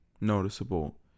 noticeable